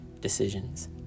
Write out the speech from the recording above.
decisions